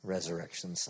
Resurrection